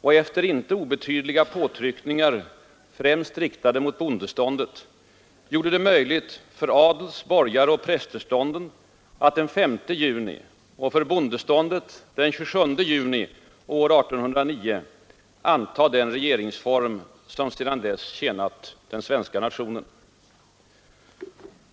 och efter inte obetydliga påtryckningar — främst riktade mot bondeståndet — gjorde det möjligt för adels-, borgaroch prästestånden att den 5 juni och för bondeståndet att den 27 juni år 1809 anta den regeringsform som sedan dess tjänat den svenska nationen.